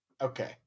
Okay